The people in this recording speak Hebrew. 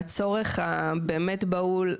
והצורך הבאמת בהול,